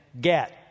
get